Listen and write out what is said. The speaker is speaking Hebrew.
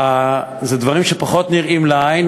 אלה דברים שפחות נראים לעין,